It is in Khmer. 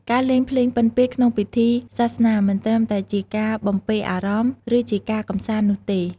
ការលេងភ្លេងពិណពាទ្យក្នុងពិធីសាសនាមិនត្រឹមតែជាការបំពេរអារម្មណ៍ ឬជាការកម្សាន្តនោះទេ។